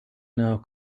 now